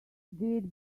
did